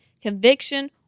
conviction